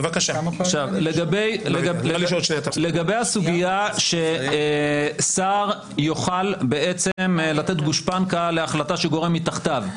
לגבי הסוגייה ששר יוכל לתת גושפנקה להחלטה של גורם מתחתיו,